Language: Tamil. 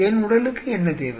என் உடலுக்கு என்ன தேவை